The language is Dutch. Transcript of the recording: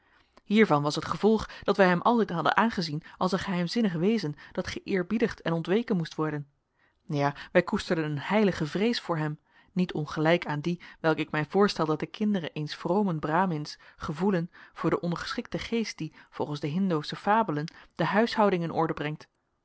hiervan was het gevolg dat wij hem altijd hadden aangezien als een geheimzinnig wezen dat geëerbiedigd en ontweken moest worden ja wij koesterden een heilige vrees voor hem niet ongelijk aan die welke ik mij voorstel dat de kinderen eens vromen bramins gevoelen voor den ondergeschikten geest die volgens de hindoosche fabelen de huishouding in orde brengt